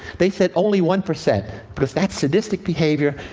they said only one percent. because that's sadistic behavior,